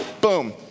Boom